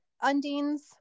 undines